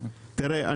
תראה,